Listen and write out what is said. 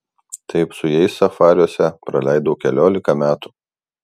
taip su jais safariuose praleidau keliolika metų